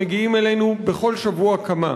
מגיעים אלינו בכל שבוע כמה.